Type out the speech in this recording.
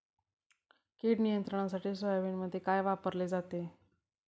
कीड नियंत्रणासाठी सोयाबीनमध्ये काय वापरले जाते?